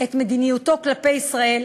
את מדיניותו כלפי ישראל.